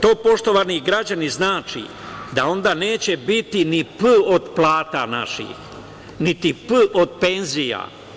To poštovani građani znači da onda neće biti ni „p“ od plata naših, niti „p“ penzija.